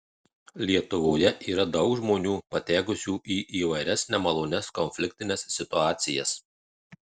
lietuvoje yra daug žmonių patekusių į įvairias nemalonias konfliktines situacijas